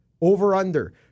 over-under